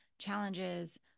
challenges